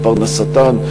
לפרנסתן,